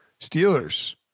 Steelers